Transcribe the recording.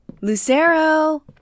Lucero